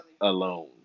alone